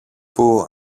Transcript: που